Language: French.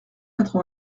quatre